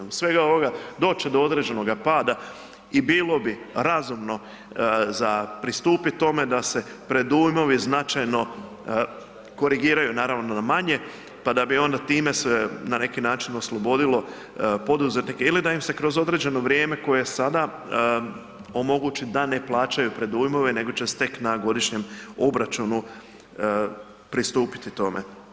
Zbog svega ovoga doći će do određenoga pada i bilo bi razumno za pristupiti tome da se predujmovi značajno korigiraju naravno na manje pa da bi onda time se na neki način oslobodilo poduzetnike ili da im se kroz određeno vrijeme koje je sada omogući da ne plaćaju predujmove nego će se tek na godišnjem obračunu pristupiti tome.